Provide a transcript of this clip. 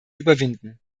überwinden